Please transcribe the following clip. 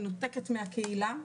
מנותקת מהקהילה,